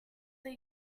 were